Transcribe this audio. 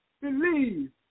Believe